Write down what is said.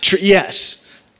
yes